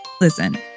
Listen